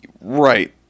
Right